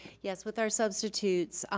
yes, with our substitutes,